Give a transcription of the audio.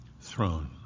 throne